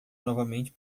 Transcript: novamente